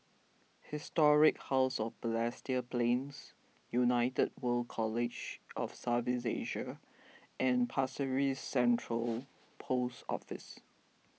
Historic House of Balestier Plains United World College of South East Asia and Pasir Ris Central Post Office